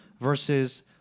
versus